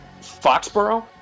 Foxborough